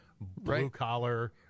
blue-collar